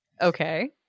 Okay